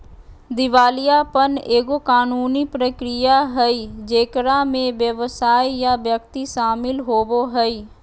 दिवालियापन एगो कानूनी प्रक्रिया हइ जेकरा में व्यवसाय या व्यक्ति शामिल होवो हइ